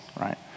right